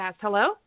Hello